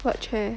what chair